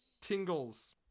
tingles